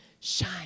Shine